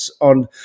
on